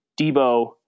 Debo